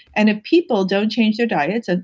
and if people don't change their diets, and